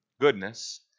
goodness